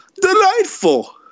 Delightful